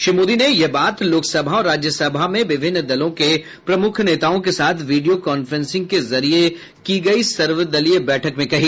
श्री मोदी ने यह बात लोकसभा और राज्यसभा में विभिन्न दलों के प्रमुख नेताओं के साथ वीडियो कांफ्रेंसिंग के जरिये की गयी सर्वदलीय बैठक में कही